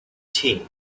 tea